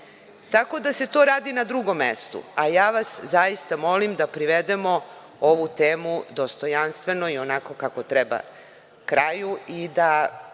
da se to radi na drugom mestu, a ja vas zaista molim da privedemo ovu temu dostojanstveno i onako kako treba kraju i da